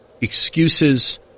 excuses